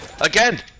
again